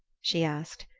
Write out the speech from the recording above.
she asked,